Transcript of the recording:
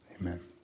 Amen